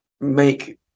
make